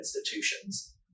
institutions